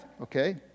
okay